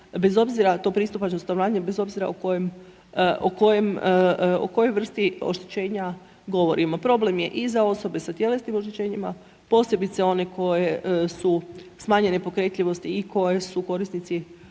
se ne razumije./... bez obzira o kojoj vrsti oštećenja govorimo. Problem je i za osobe sa tjelesnim oštećenjima, posebice one koje su smanjene pokretljivosti i koje su korisnici